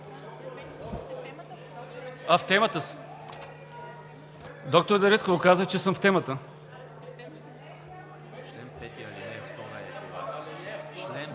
А, в темата съм. Доктор Дариткова, казаха, че съм в темата.